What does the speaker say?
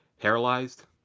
paralyzed